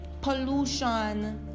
pollution